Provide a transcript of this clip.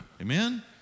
Amen